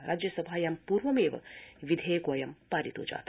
राज्यसभायां पूर्वमेव विधेयकोड्यं पारितो जात